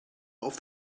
off